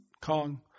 kong